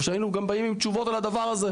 שהיינו גם באים עם תשובות על הדבר הזה.